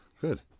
Good